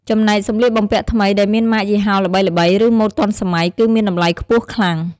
ចំណែកសម្លៀកបំពាក់ថ្មីដែលមានម៉ាកយីហោល្បីៗ ឬម៉ូដទាន់សម័យគឺមានតម្លៃខ្ពស់ខ្លាំង។